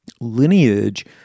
lineage